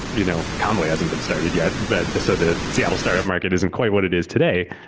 you know convoy hasn't been started yet. but the so the seattle startup market isn't quite what it is today.